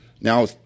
Now